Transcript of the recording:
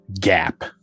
gap